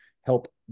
help